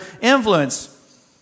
influence